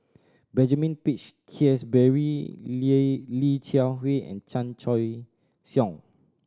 Benjamin Peach Keasberry Li Li Jiawei and Chan Choy Siong